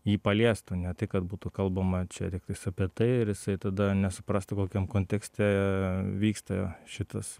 jį paliestų ne tai kad būtų kalbama čia tiktais apie tai ir jisai tada nesuprastų kokiam kontekste vyksta šitas